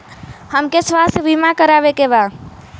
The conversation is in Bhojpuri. हमके स्वास्थ्य बीमा करावे के बा?